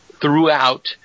throughout